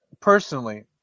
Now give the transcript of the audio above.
personally